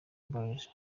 boys